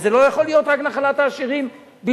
וזה לא יכול להיות נחלת העשירים בלבד.